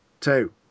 two